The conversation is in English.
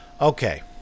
Okay